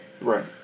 Right